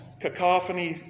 cacophony